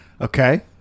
okay